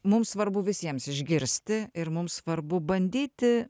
mums svarbu visiems išgirsti ir mums svarbu bandyti